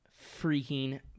freaking